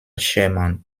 sherman